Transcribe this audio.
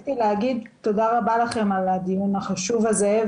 רציתי להגיד תודה רבה לכם על הדיון החשוב הזה,